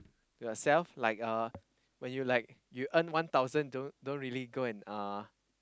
yourself like uh when you like you earn one thousand don't don't really go and uh